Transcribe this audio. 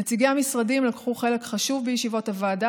נציגי המשרדים לקחו חלק חשוב בישיבות הוועדה